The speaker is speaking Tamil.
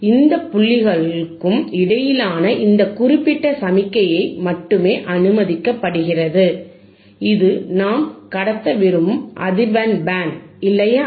இந்த புள்ளிக்கும் இந்த புள்ளிகளுக்கும் இடையிலான இந்த குறிப்பிட்ட சமிக்ஞை மட்டுமே அனுமதிக்கப்படுகிறது இது நாம் கடத்த விரும்பும் அதிர்வெண் பேண்ட் இல்லையா